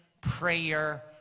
prayer